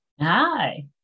Hi